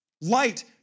Light